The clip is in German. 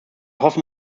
hoffen